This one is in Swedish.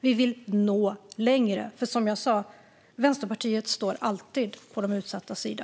Vi vill nå längre, för, som jag sa, Vänsterpartiet står alltid på de utsattas sida.